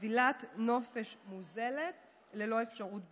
חבילת נופש מוזלת ללא אפשרות ביטול.